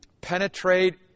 penetrate